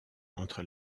entre